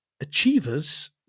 Achievers